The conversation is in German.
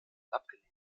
abgelehnt